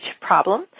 problem